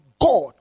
God